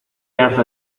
harta